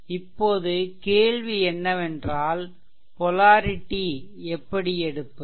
இப்போது கேள்வி என்னவென்றால் பொலாரிடி எப்படி எடுப்பது